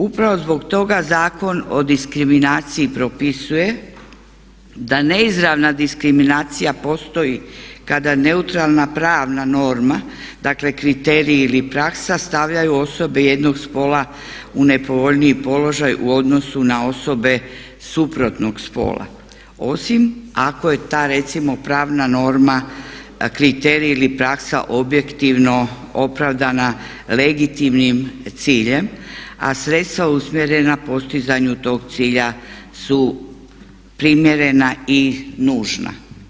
Upravo zbog toga Zakon o diskriminaciji propisuje da ne izravna diskriminacija postoji kada neutralna pravna norma, dakle kriterij ili praksa stavljaju osobe jednog spola u nepovoljniji položaj u odnosu na osobe suprotnog spola osim ako je ta recimo pravna norma, kriterij ili praksa objektivno opravdana legitimnim ciljem a sredstva usmjerena postizanju tog cilja su primjerena i nužna.